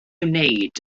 wneud